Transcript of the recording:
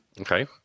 Okay